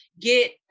get